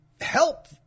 help